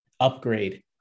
upgrade